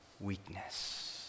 weakness